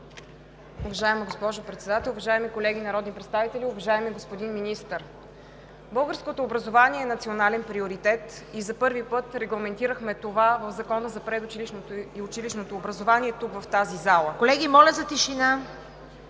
Уважаема госпожо Председател, уважаеми колеги народни представители, уважаеми господин Министър! Българското образование е национален приоритет и за първи път регламентирахме това в Закона за предучилищното и училищното образование тук в тази зала. Поводът за днешното